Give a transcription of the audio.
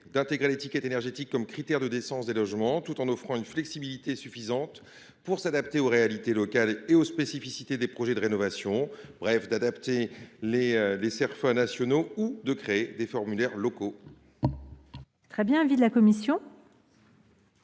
d’intégrer l’étiquette énergétique comme critère de décence des logements avec une flexibilité suffisante pour s’adapter aux réalités locales et aux spécificités des projets de rénovation. Il s’agit, en somme, d’adapter les Cerfa nationaux ou de créer des formulaires locaux. Quel est l’avis de la commission